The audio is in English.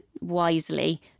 wisely